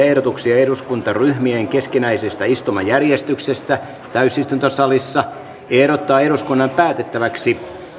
ehdotuksia eduskuntaryhmien keskinäisestä istumajärjestyksestä täysistuntosalissa ehdottaa eduskunnan päätettäväksi